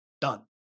done